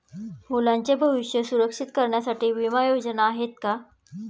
मुलांचे भविष्य सुरक्षित करण्यासाठीच्या विमा योजना आहेत का?